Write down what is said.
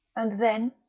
and then,